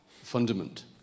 fundament